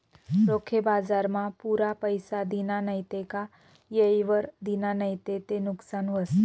रोखे बजारमा पुरा पैसा दिना नैत का येयवर दिना नैत ते नुकसान व्हस